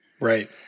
Right